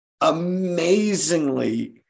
amazingly